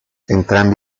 entrambi